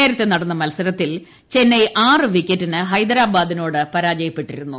നേരത്തെ നടന്ന മത്സരത്തിൽ ചന്നൈ ആറ് വിക്കറ്റിന് ഹൈദരാബാദിനോട് പരാജയപ്പെട്ടിരുന്നു